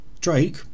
Drake